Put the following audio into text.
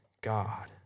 God